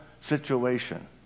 situation